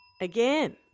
again